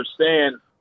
understand